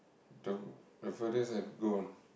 to the furthest I've gone